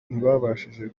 ntibabashije